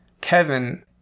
Kevin